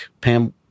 Pam